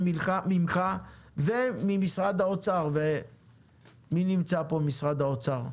ממך וממשרד האוצר מי נמצא פה ממשרד האוצר?